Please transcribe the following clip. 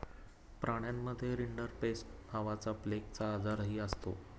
प्राण्यांमध्ये रिंडरपेस्ट नावाचा प्लेगचा आजारही असतो